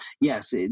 yes